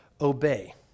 obey